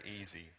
easy